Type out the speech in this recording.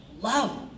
love